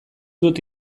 dut